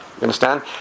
understand